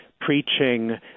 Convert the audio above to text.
preaching